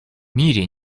мире